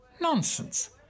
Nonsense